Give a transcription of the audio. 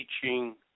teaching